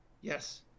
Yes